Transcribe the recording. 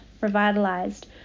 revitalized